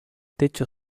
techo